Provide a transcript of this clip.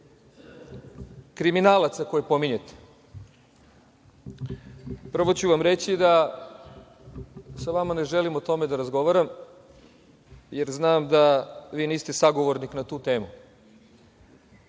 kriminalaca koje pominjete, prvo ću vam reći da sa vama ne želim o tome da razgovaram, jer znam da vi niste sagovornik na tu temu,